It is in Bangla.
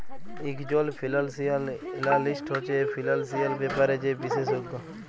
ইকজল ফিল্যালসিয়াল এল্যালিস্ট হছে ফিল্যালসিয়াল ব্যাপারে যে বিশেষজ্ঞ